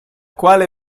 quale